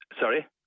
Sorry